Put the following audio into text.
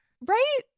right